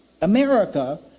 America